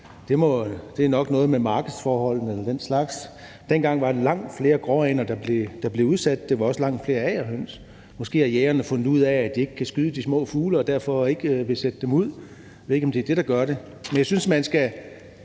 det er nok noget med markedsforholdene eller den slags. Dengang var der langt flere gråænder, der blev udsat, og også langt flere agerhøns. Måske har jægerne fundet ud af, at de ikke kan skyde de små fugle, og at de derfor ikke vil sætte dem ud. Jeg ved ikke, om det er det, der gør det.